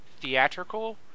theatrical